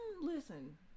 listen